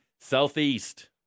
Southeast